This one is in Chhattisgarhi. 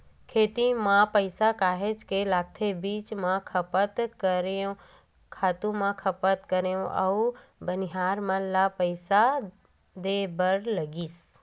खेती म पइसा काहेच के लगथे बीज म खपत करेंव, खातू म खपत करेंव अउ बनिहार मन ल पइसा देय बर लगिस